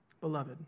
Beloved